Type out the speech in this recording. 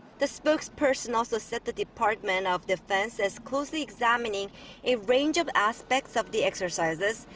the spokesperson also said the department of defense is closely examining a range of aspects of the exercises.